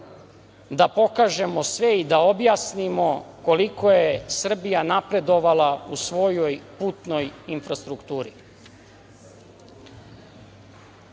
da pokažemo sve i da objasnimo koliko je Srbija napredovala u svojoj putnoj infrastrukturi. Uvaženi